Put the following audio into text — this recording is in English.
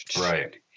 Right